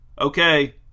Okay